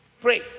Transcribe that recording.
Pray